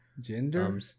Gender